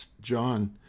John